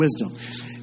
wisdom